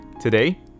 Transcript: Today